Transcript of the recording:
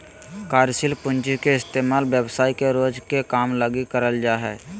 कार्यशील पूँजी के इस्तेमाल व्यवसाय के रोज के काम लगी करल जा हय